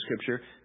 Scripture